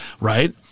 Right